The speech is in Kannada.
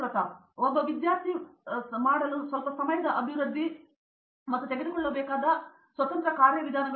ಪ್ರತಾಪ್ ಹರಿದಾಸ್ ಒಬ್ಬ ವಿದ್ಯಾರ್ಥಿ ಮಾಡಲು ನೀವು ಸ್ವಲ್ಪ ಸಮಯದ ಅಭಿವೃದ್ಧಿ ಮತ್ತು ತೆಗೆದುಕೊಳ್ಳಬೇಕಾದ ಸರಿ ಸ್ವತಂತ್ರ ಕಾರ್ಯವಿಧಾನಗಳು